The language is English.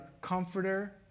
comforter